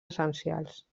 essencials